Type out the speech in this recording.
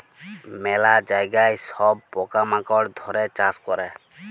ম্যালা জায়গায় সব পকা মাকড় ধ্যরে চাষ ক্যরে